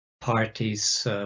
parties